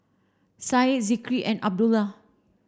Said Zikri and Abdullah